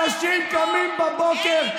אנשים קמים בבוקר,